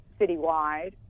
citywide